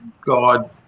God